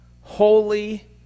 holy